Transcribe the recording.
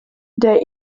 der